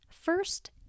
First